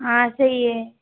हाँ सही है